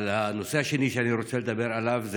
אבל הנושא השני שאני רוצה לדבר עליו זה